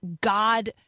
God